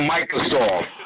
Microsoft